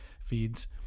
feeds